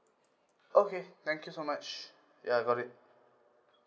okay thank you so much ya I got it